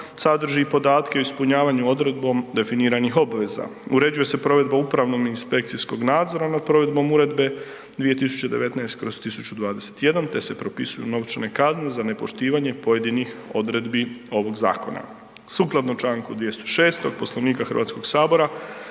sadrži i podatke o ispunjavanju odredbom definiranih obveza. Uređuje se provedba upravnog i inspekcijskog nadzora nad provedbom Uredba 2019/1021 te se propisuju novčane kazne za nepoštivanje pojedinih odredbi ovog zakona. Sukladno članku 206. Poslovnika Hrvatskog sabora